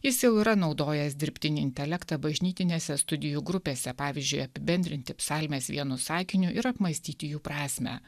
jis jau yra naudojęs dirbtinį intelektą bažnytinėse studijų grupėse pavyzdžiui apibendrinti psalmes vienu sakiniu ir apmąstyti jų prasmę